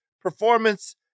performance